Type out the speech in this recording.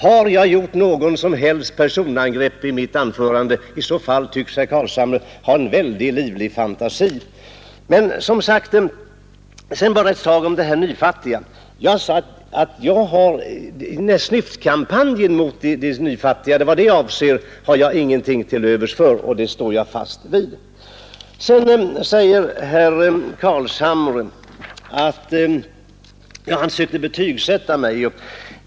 Har jag gjort något som helst personangrepp i mitt anförande? Herr Carlshamre måste ha livlig fantasi om han kan säga någonting sådant. Vad jag sade om de nyfattiga var att jag inte har någonting till övers för snyftkampanjen för de nyfattiga, och det står jag fast vid. Herr Carlshamre försökte betygsätta mig.